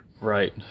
Right